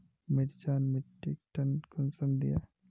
मिर्चान मिट्टीक टन कुंसम दिए?